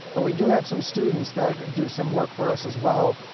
but we do have some students that do some work for us as well,